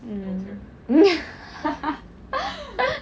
mm